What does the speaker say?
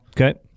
okay